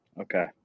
Okay